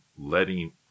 letting